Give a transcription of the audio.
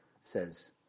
says